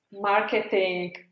marketing